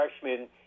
freshman